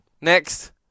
Next